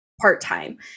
part-time